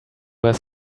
were